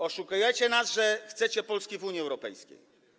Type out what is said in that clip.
Oszukujecie nas, że chcecie Polski w Unii Europejskiej.